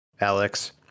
Alex